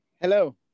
Hello